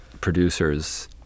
producers